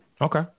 Okay